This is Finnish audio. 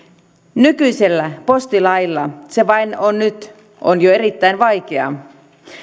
nykyisellä postilailla se vain on nyt jo erittäin vaikeaa